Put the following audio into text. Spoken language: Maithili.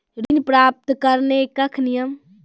ऋण प्राप्त करने कख नियम?